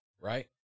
right